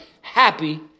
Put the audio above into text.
happy